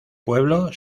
pueblo